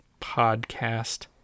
podcast